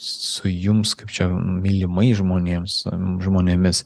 su jums kaip čia mylimais žmonėms žmonėmis